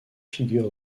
figure